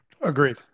Agreed